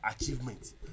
achievements